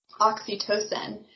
oxytocin